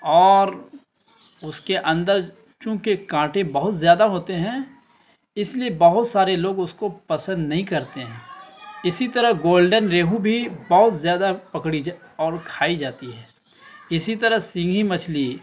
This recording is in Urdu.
اور اس کے اندر چونکہ کانٹے بہت زیادہ ہوتے ہیں اس لیے بہت سارے لوگ اس کو پسند نہیں کرتے ہیں اسی طرح گولڈن ریہو بھی بہت زیادہ پکڑی جا اور کھائی جاتی ہے اسی طرح سینگھی مچھلی